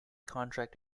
contract